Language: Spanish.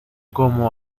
como